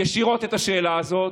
את השאלה הזאת.